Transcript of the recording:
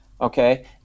Okay